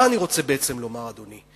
מה אני בעצם רוצה לומר, אדוני?